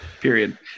period